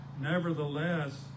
Nevertheless